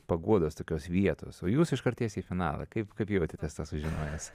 paguodos tokios vietos o jūs iškart tiesiai į finalą kaip kaip jautėtės tą sužinojęs